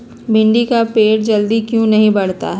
भिंडी का पेड़ जल्दी क्यों नहीं बढ़ता हैं?